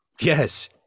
Yes